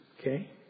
Okay